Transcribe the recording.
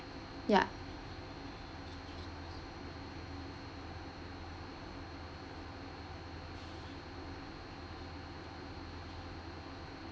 ya